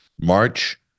March